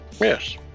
yes